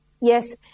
Yes